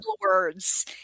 words